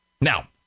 Now